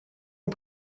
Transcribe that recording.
ans